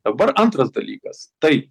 dabar antras dalykas taip